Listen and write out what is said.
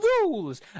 rules